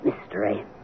Mystery